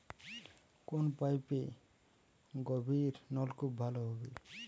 কোন পাইপে গভিরনলকুপ ভালো হবে?